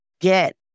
get